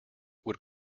would